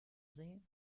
see